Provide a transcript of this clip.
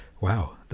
wow